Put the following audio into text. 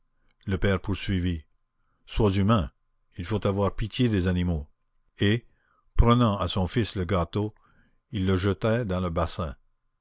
le père poursuivit sois humain il faut avoir pitié des animaux et prenant à son fils le gâteau il le jeta dans le bassin